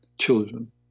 children